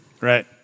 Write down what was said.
right